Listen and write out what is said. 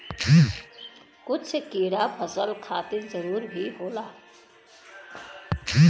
कुछ कीड़ा फसल खातिर जरूरी भी होला